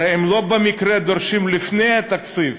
הרי הם לא במקרה דורשים לפני התקציב: